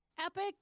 Epic